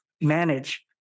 manage